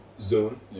zone